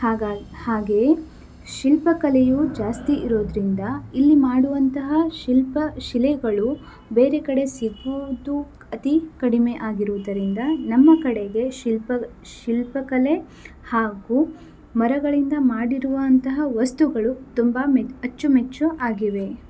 ಹಾಗಾಗಿ ಹಾಗೆಯೇ ಶಿಲ್ಪಕಲೆಯು ಜಾಸ್ತಿ ಇರೋದ್ರಿಂದ ಇಲ್ಲಿ ಮಾಡುವಂತಹ ಶಿಲ್ಪ ಶಿಲೆಗಳು ಬೇರೆ ಕಡೆ ಸಿಗುವುದು ಅತಿ ಕಡಿಮೆ ಆಗಿರುವುದರಿಂದ ನಮ್ಮ ಕಡೆಗೆ ಶಿಲ್ಪ ಶಿಲ್ಪಕಲೆ ಹಾಗೂ ಮರಗಳಿಂದ ಮಾಡಿರುವಂತಹ ವಸ್ತುಗಳು ತುಂಬ ಮೆಚ್ಚ್ ಅಚ್ಚುಮೆಚ್ಚು ಆಗಿವೆ